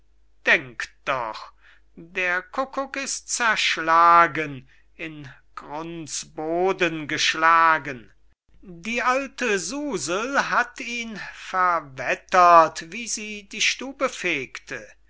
denkt doch der kukuk ist zerschlagen in grunds boden geschlagen die alte susel hat ihn verwettert wie sie die stube fegte